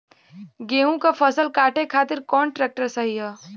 गेहूँक फसल कांटे खातिर कौन ट्रैक्टर सही ह?